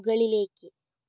മുകളിലേക്ക്